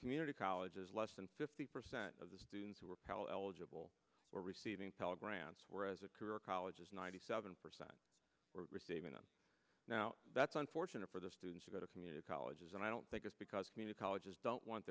community college less than fifty percent of the students who were pal eligible were receiving pell grants were as a career college is ninety seven percent receiving up now that's unfortunate for the students who go to community colleges and i don't think it's because community colleges don't want